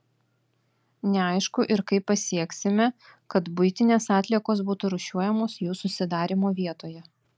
neaišku ir kaip pasieksime kad buitinės atliekos būtų rūšiuojamos jų susidarymo vietoje